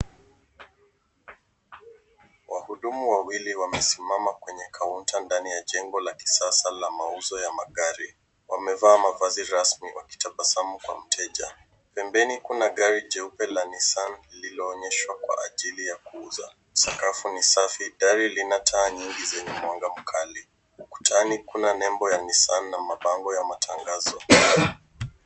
Wahudumu wawili wamesimama kwenye kaunta ndani ya jengo la kisasa la mauzo ya magari. Wamevaa mavazi rasmi wakitabasamu kwa mteja. Pembeni kuna gari jeupe la Nissan, liloonyeshwa kwa ajili ya kuuza. Sakafu ni safi, dari lina taa nyingi zenye mwanga mkali, ukutani kuna nembo ya Nissan na mabango ya matangazo.